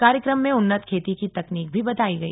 कार्यक्रम में उन्नत खेती की तकनीक भी बताई गई